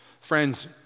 Friends